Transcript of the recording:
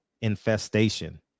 infestation